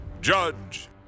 judge